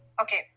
Okay